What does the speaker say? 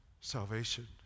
salvation